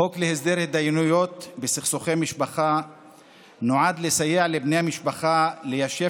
החוק להסדר התדיינויות בסכסוכי משפחה נועד לסייע לבני משפחה ליישב